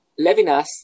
Levinas